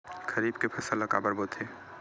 खरीफ के फसल ला काबर बोथे?